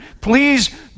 please